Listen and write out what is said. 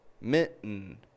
Mitten